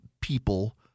people